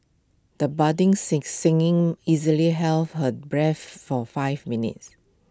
the budding singer singing easily held her breath for five minutes